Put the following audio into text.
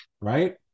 Right